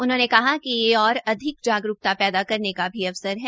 उन्होंने कहा कि यह और अधिक जागरूकता पैदा करने का अवसर है